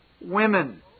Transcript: women